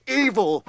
evil